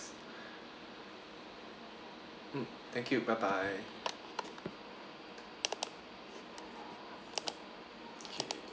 mm thank you bye bye K